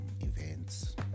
events